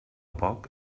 poc